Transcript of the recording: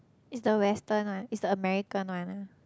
is the western one is the American one ah